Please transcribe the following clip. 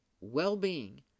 well-being